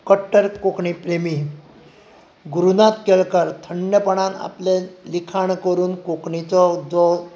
कट्टर कोंकणी प्रेमी गुरुनाथ केळकर थंडपणांत आपलें लिखाण करून कोंकणीचो जो